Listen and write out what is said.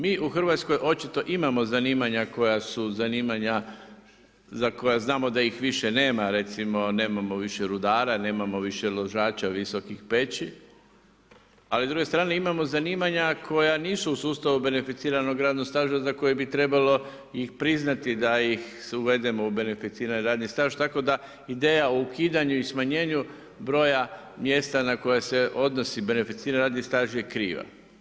Mi u Hrvatskoj očito imamo zanimanja koja su zanimanja za koja znamo da ih više nema, recimo nemamo više rudara, nemamo više ložača visokih peći, ali s druge strane imamo zanimanja koja nisu u sustavu beneficiranog radnog staža za koje bi trebalo ih priznati da ih uvedemo u beneficirani radni staž, tako da ideja o ukidanju i smanjenju broja mjesta na koje se odnosi beneficirani radni staž je kriva.